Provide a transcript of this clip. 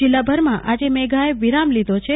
જિલ્લાભરમાં આજે મેઘા એ વિરામ લીધો છે